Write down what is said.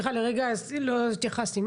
סליחה, לרגע לא התייחסתי.